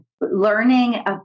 learning